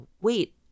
wait